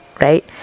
right